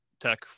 tech